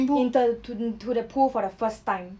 in the to the to the pool for the first time